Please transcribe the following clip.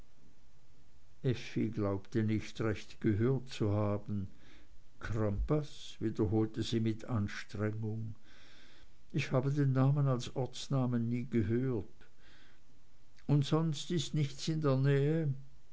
glaubte nicht recht gehört zu haben crampas wiederholte sie mit anstrengung ich habe den namen als ortsnamen nie gehört und sonst nichts in der nähe